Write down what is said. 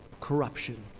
corruption